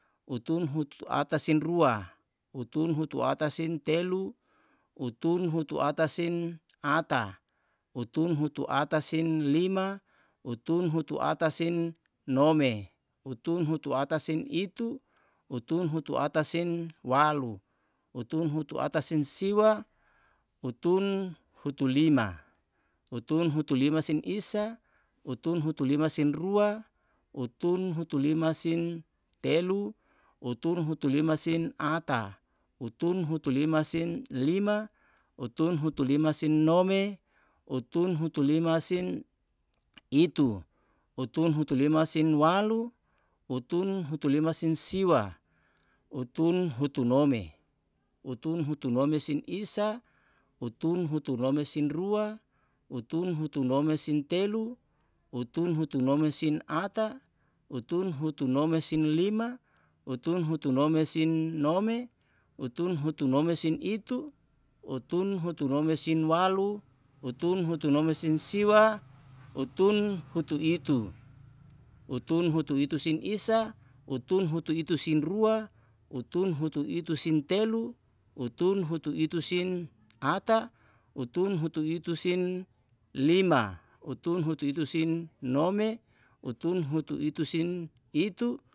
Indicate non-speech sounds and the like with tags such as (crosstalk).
Utun hutu ata sin rua utun hutu ata sin telu utun hutu ata sin ata utun hutu ata sin lima utun hutu ata sin nome utun hutu ata sin itu utun hutu ata sin walu utun hutu ata sin siwa utun hutu lima. utun hutu lima sin isa utun hutu lima sin rua utun hutu lima sin telu utun hutu lima sin ata utun hutu lima sin lima utun hutu lima sin nome utu hutu lima sin itu utun hutu lima sin walu utun hutu lima sin siwa utun hutu nome. utun hutu nome sin isa utun hutu nome sin rua utun hutu nome sin telu utun hutu nome sin ata utun hutu nome sin lima utun hutu nome sin nome utun hutu nome sin itu (noise) utun hutu nome sin walu utun (noise) hutu nome sin (noise) siwa utun (noise) hutu itu. utun hutu itu sin isa utun hutu itu sin rua utun hutu itu sin telu utun hutu itu sin ata (noise) utun hutu itu sin lima utun hutu itu sin nome utun hutu itu sin itu